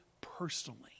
personally